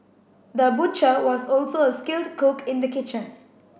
the butcher was also a skilled cook in the kitchen